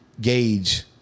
gauge